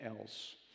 else